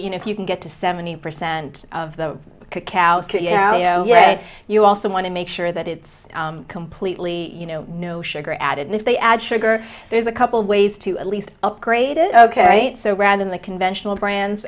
you know if you can get to seventy percent of the cows yet you also want to make sure that it's completely you know no sugar added and if they add sugar there's a couple ways to at least upgraded ok so rather than the conventional brands